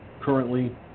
currently